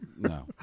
No